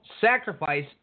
sacrifice